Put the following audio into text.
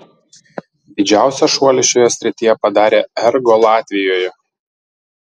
didžiausią šuolį šioje srityje padarė ergo latvijoje